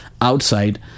outside